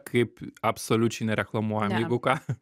kaip absoliučiai nereklamuojam jeigu ką